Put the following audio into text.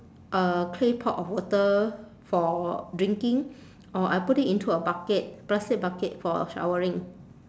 a clay pot of water for drinking or I put it into a bucket plastic bucket for showering